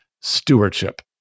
stewardship